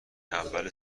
اول